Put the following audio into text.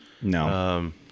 No